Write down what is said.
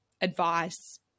advice